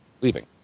leaving